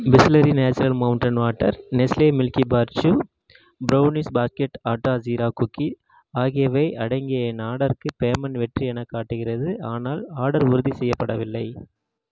Bisleri natural mountain water Nestle Milkybar சூ brownies basket atta jeera cookie ஆகியவை அடங்கிய என் ஆர்டருக்கு பேமெண்ட் வெற்றி என காட்டுகிறது ஆனால் ஆர்டர் உறுதி செய்யப்படவில்லை